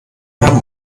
haben